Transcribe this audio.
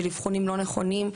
של אבחונים לא נכונים,